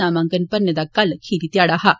नामांकन भरने दा कल खीरी ध्याड़ा हा